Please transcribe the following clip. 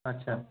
আচ্ছা